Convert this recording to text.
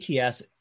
ATS